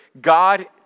God